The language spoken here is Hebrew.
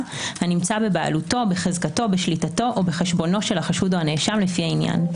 הנמצא בבעלותו או בחזקתו או בשליטתו בחשבונו של החשוד או הנאשם לפי העניין.